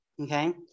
Okay